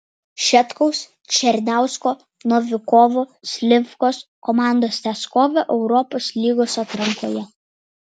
šetkaus černiausko novikovo slivkos komandos tęs kovą europos lygos atrankoje